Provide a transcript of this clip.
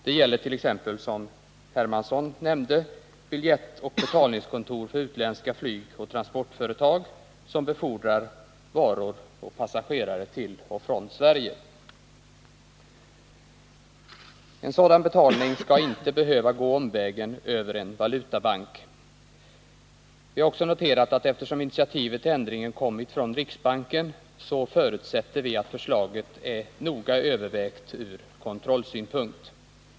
Det gäller t.ex.. som Carl-Henrik Hermansson nämnde, biljettoch betalningskontor för utländska flygoch transportföretag som befordrar varor och passagerare till och från Sverige. Betalning för sådana tjänster skall inte behöva gå omvägen över en valutabank. Eftersom initiativet till ändringen tagits av riksbanken förutsätter utskottet att förslaget är noga övervägt från kontrollsynpunkt.